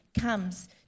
comes